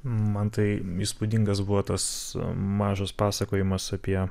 man tai įspūdingas buvo tas mažas pasakojimas apie